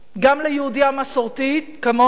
גם ליהודייה מסורתית כמוני,